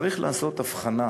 צריך לעשות הבחנה